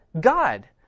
God